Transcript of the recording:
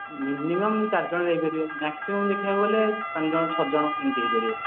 minimum ଚାରି ଜଣ ଯାଇ ପାରିବେ ମ୍ୟାକ୍ସିମମ୍ ଦେଖିଆକୁ ଗଲେ ପାଞ୍ଚ ଜଣ ଛଅ ଜଣ ଏମିତି ହୋଇ ପାରିବ